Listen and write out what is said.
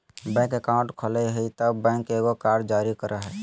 bank account खोलय हइ तब बैंक एगो कार्ड जारी करय हइ